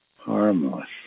harmless